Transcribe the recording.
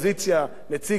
נציג העבודה,